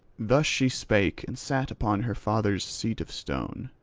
thus she spake and sat upon her father's seat of stone,